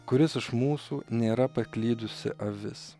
kuris iš mūsų nėra paklydusi avis